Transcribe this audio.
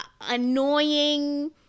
annoying